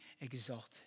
exalted